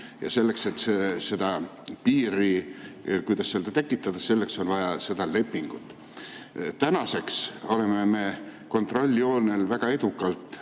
Ja selleks, et seda piiri, kuidas öelda, tekitada, on vaja lepingut. Tänaseks oleme me kontrolljoonel väga edukalt